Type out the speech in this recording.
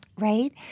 Right